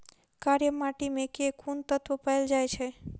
कार्य माटि मे केँ कुन तत्व पैल जाय छै?